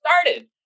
started